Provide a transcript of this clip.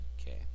Okay